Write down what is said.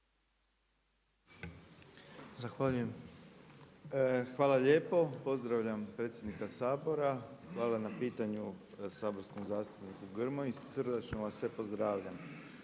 (MOST)** Hvala lijepo. Pozdravljam predsjednika Sabora, hvala na pitanju saborskom zastupniku Grmoji, srdačno vas sve pozdravljam.